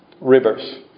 Rivers